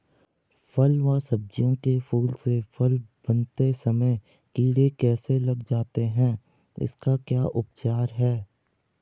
फ़ल व सब्जियों के फूल से फल बनते समय कीड़े कैसे लग जाते हैं इसका क्या उपचार है?